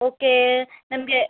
okay ನಮಗೆ